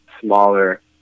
smaller